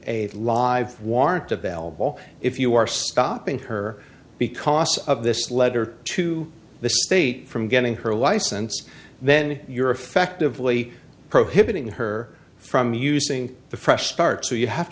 a live warrant available if you are stopping her because of this letter to the state from getting her license then you're effectively prohibiting her from using the fresh start so you have